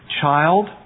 child